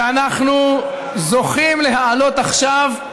שאנחנו זוכים להעלות עכשיו,